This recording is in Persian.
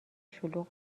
شلوغ